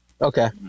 Okay